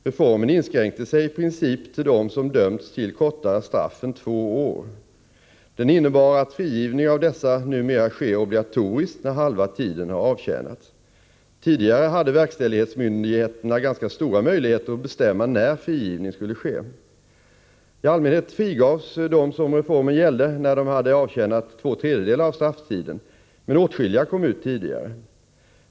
Reformen inskränkte sig i princip till dem som dömts till kortare straff än två år. Den innebar att frigivning av dessa numera sker obligatoriskt när halva tiden har avtjänats. Tidigare hade verkställighetsmyndigheterna ganska stora möjligheter att bestämma när frigivning skulle ske. I allmänhet frigavs dem som reformen gällde när de hade avtjänat två tredjedelar av strafftiden, men åtskilliga kom ut tidigare.